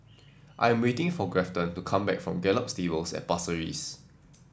I am waiting for Grafton to come back from Gallop Stables at Pasir Ris